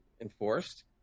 Enforced